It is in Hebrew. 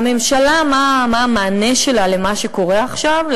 והממשלה, מה המענה שלה למה שקורה עכשיו?